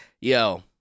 Yo